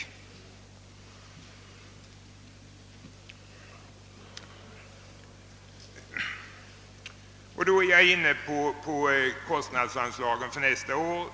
Därmed kommer jag in på kostnadsanslagen för nästa år.